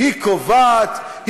היא קובעת,